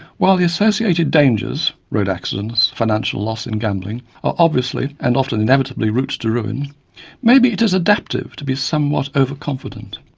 while the associated dangers road accidents, financial loss in gambling are obviously, and often inevitably, routes to ruin maybe it is adaptive to be somewhat overconfident.